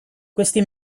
questi